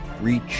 reach